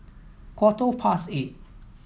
quarter past eight